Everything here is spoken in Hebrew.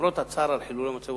למרות הצער על חילול המצבות,